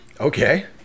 Okay